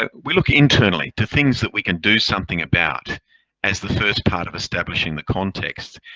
ah we look internally to things that we can do something about as the first part of establishing the context.